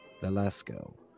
Velasco